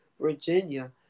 Virginia